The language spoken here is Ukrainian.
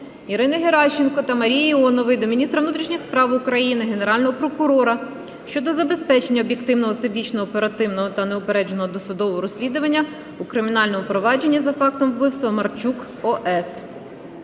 Ірини Геращенко та Марії Іонової до міністра внутрішніх справ України, Генерального прокурора щодо забезпечення об'єктивного, всебічного, оперативного та неупередженого досудового розслідування у кримінальному провадженні за фактом вбивства Марчук О.С.